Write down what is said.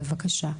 בבקשה.